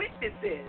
witnesses